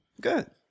Good